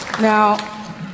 Now